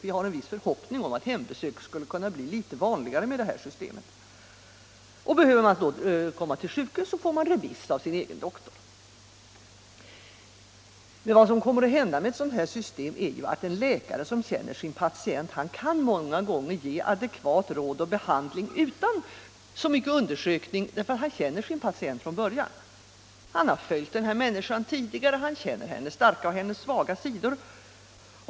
Vi har en viss förhoppning om att hembesök skulle kunna bli litet vanligare med det här systemet. Och behöver man komma till sjukhus får man en remiss av sin egen doktor. Vad som kommer att hända med ett sådant här system är att den läkare som känner sin patient många gånger kan ge adekvata råd och behandlingar utan så mycket undersökningar, eftersom han känner sin Allmänpolitisk debatt Allmänpolitisk debatt patient från början. Han har följt den här människan tidigare, och han känner hennes starkare och svagare sidor.